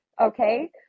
Okay